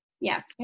Yes